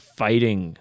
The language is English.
fighting